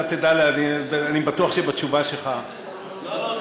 אני בטוח שבתשובה שלך, לא, לא.